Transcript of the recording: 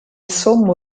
sommo